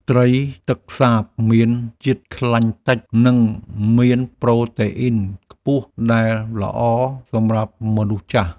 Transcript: ត្រីទឹកសាបមានជាតិខ្លាញ់តិច និងមានប្រូតេអ៊ីនខ្ពស់ដែលល្អសម្រាប់មនុស្សចាស់។